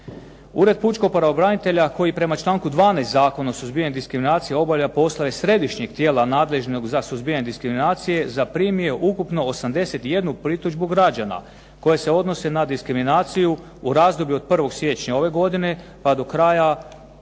Ured pučkog pravobranitelja koji prema članku 12. Zakona o suzbijanju diskriminacije obavlja poslove središnjeg tijela nadležnog za suzbijanje diskriminacije zaprimio je ukupno 81 pritužbu građana koje se odnose na diskriminaciju u razdoblju od 1. siječnja pa do 5. svibnja 2009.